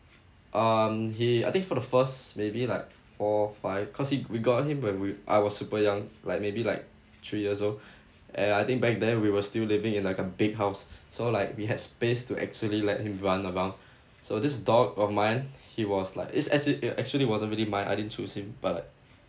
um he I think for the first maybe like four five cause he we got him when we I was super young like maybe like three years old and I think back then we were still living in like a big house so like we had space to actually let him run around so this dog of mine he was like it's actu~ it actually wasn't really mine I didn't choose him but